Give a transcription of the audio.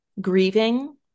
grieving